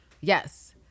Yes